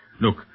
Look